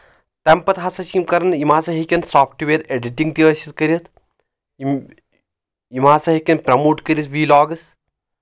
تَمہِ پتہٕ ہسا چھِ یِم کران یِم ہسا ہیٚکن سافٹویر ایڈٹِنٛگ تہِ ٲسِتھ کٔرِتھ یِم یِم ہسا ہیٚکن پرٛموٹ کٔرِتھ وی لاگٕس